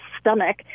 stomach